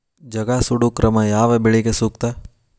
ಜಗಾ ಸುಡು ಕ್ರಮ ಯಾವ ಬೆಳಿಗೆ ಸೂಕ್ತ?